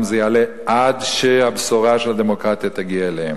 זה יעלה עד שהבשורה של הדמוקרטיה תגיע אליהם.